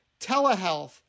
telehealth